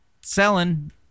selling